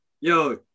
Yo